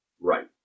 Right